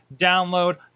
download